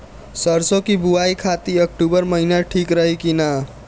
सरसों की बुवाई खाती अक्टूबर महीना ठीक रही की ना?